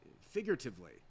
figuratively